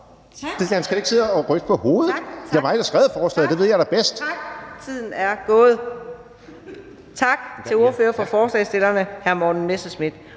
Det er mig, der har skrevet forslaget; det ved jeg da bedst.